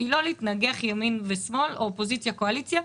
לא להתנגח ימין ושמאל או אופוזיציה וקואליציה.